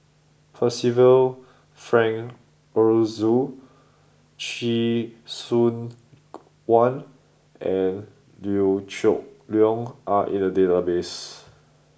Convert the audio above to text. Percival Frank Aroozoo Chee Soon Juan and Liew Geok Leong are in the database